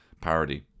parody